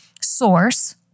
source